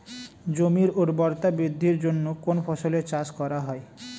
জমির উর্বরতা বৃদ্ধির জন্য কোন ফসলের চাষ করা হয়?